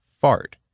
fart